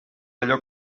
allò